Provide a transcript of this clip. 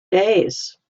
days